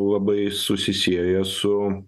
labai susisieja su